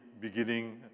beginning